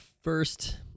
first